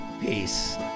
peace